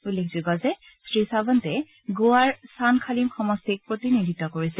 উল্লেখযোগ্য যে শ্ৰীছাৱণ্টে গোৱাৰ ছান খালিম সমষ্টিত প্ৰতিনিধিত্ব কৰিছিল